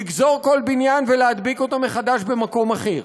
לגזור כל בניין ולהדביק אותו מחדש במקום אחר,